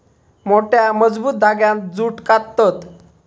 मोठ्या, मजबूत धांग्यांत जूट काततत